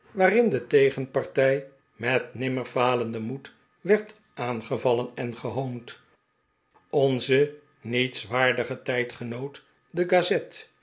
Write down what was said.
waarin de tegenpartij met nimmer falenden moed werd aangevallen en gehoond onze nietswaardige tijdgenoot de gazette